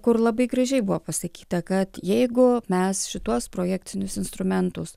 kur labai gražiai buvo pasakyta kad jeigu mes šituos projekcinius instrumentus